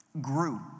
grew